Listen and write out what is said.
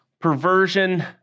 perversion